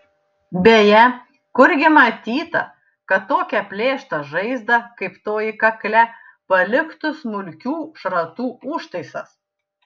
beje kurgi matyta kad tokią plėštą žaizdą kaip toji kakle paliktų smulkių šratų užtaisas